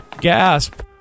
gasp